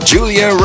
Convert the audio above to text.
Julia